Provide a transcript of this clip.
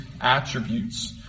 attributes